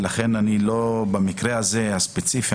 לכן במקרה הספציפי הזה,